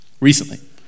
recently